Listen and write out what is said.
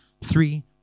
Three